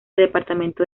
departamento